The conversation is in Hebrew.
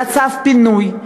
היה צו פינוי,